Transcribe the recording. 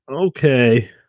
Okay